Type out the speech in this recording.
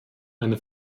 eine